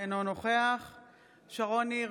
אינו נוכח שרון ניר,